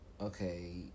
okay